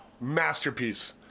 Masterpiece